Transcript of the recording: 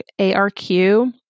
ARQ